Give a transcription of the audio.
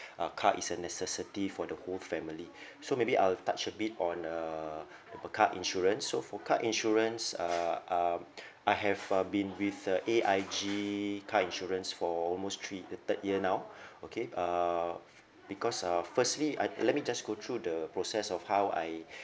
uh car is a necessity for the whole family so maybe I'll touch a bit on uh our car insurance so for car insurance uh um I have uh been with the A_I_G car insurance for almost three the third year now okay uh because uh firstly I'd let me just go through the process of how I